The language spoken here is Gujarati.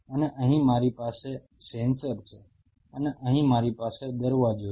અને અહીં મારી પાસે સેન્સર છે અને અહીં મારી પાસે દરવાજો છે